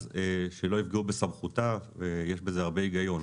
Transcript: שלא יפגעו בסמכותה ויש בזה הרבה היגיון.